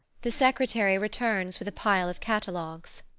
the secretary returns with a pile of catalogues.